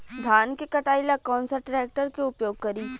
धान के कटाई ला कौन सा ट्रैक्टर के उपयोग करी?